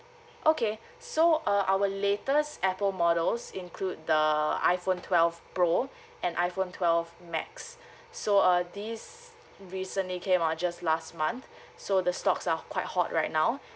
okay so uh our latest apple models include the iphone twelve pro and iphone twelve max so uh this recently came uh just last month so the stocks are quite hot right now